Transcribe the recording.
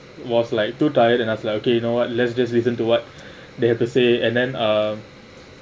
was like too tired and I was like okay you know what let's just listen to what they have to say and then uh